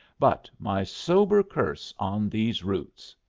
but my sober curse on these roots.